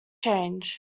change